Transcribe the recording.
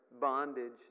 bondage